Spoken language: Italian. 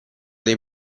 dei